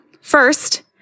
First